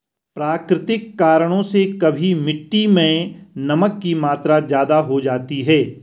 प्राकृतिक कारणों से कभी मिट्टी मैं नमक की मात्रा ज्यादा हो जाती है